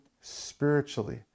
spiritually